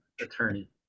attorney